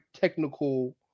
technical